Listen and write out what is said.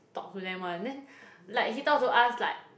talk to them [one] then like he talk to us like